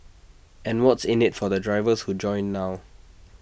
and what's in IT for the drivers who join now